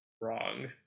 wrong